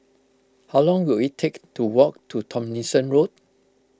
how long will it take to walk to Tomlinson Road